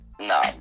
No